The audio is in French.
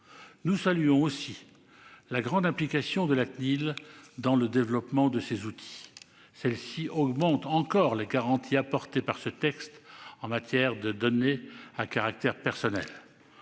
Nous saluons aussi la grande implication de la Cnil dans le développement de ces outils, ce qui augmente encore les garanties apportées par ce texte en matière de données à caractère personnel.